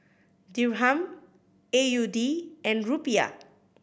Dirham A U D and Rupiah